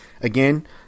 Again